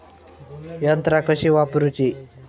यंत्रा कशी वापरूची?